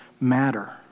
matter